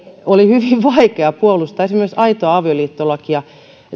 oli hyvin vaikea puolustaa esimerkiksi aito avioliitto lakia